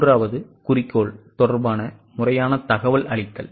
மூன்றாவது குறிக்கோள் தொடர்பான முறையான தகவல் அளித்தல்